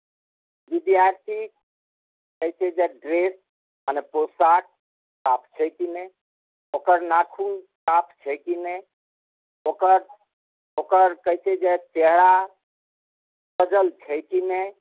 विद्यार्थीक कहैत छै जे ड्रेस मने पोषाक साफ छै कि नहि ओकर नाखून साफ छै कि नहि ओकर ओकर कहैत छै जे चेहरा सजल छै कि नहि